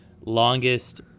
longest